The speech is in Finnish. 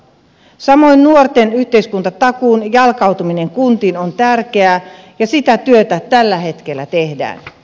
samoin nuorten yhteiskuntatakuun jalkautuminen kuntiin on tärkeää ja sitä työtä tällä hetkellä tehdään